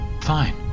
Fine